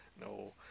No